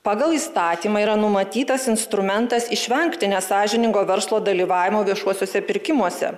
pagal įstatymą yra numatytas instrumentas išvengti nesąžiningo verslo dalyvavimo viešuosiuose pirkimuose